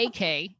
AK